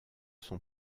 son